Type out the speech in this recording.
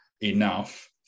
enough